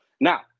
Now